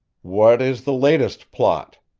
what is the latest plot?